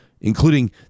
including